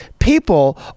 people